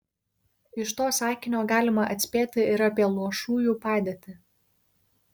iš to sakinio galima atspėti ir apie luošųjų padėtį